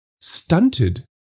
stunted